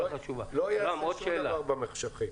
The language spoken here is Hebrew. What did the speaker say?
לא ייעשה שום דבר במחשכים.